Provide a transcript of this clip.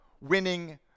winning